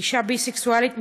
אישה ביסקסואלית,